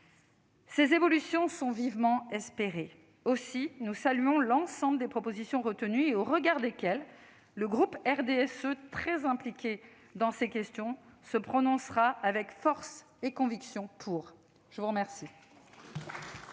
Ces évolutions sont vivement espérées. Nous saluons donc l'ensemble des propositions retenues : au regard de ces dernières, le groupe RDSE, très impliqué dans ces questions, se prononcera avec force et conviction pour le présent